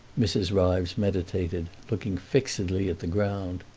mrs. ryves meditated, looking fixedly at the ground.